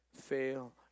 fail